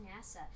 NASA